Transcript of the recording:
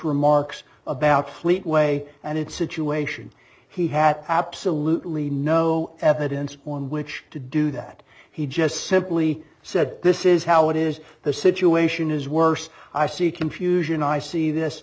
remarks about fleet way and its situation he had absolutely no evidence on which to do that he just simply said this is how it is the situation is worse i see confusion i see this